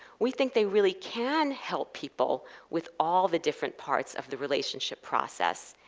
we think they really can help people with all the different parts of the relationship process,